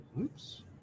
Oops